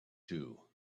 two